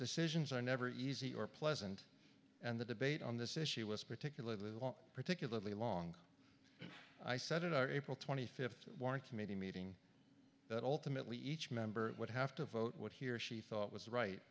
decisions are never easy or pleasant and the debate on this issue was particularly long particularly long i said it our april twenty fifth one committee meeting that ultimately each member would have to vote what he or she thought was right